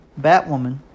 Batwoman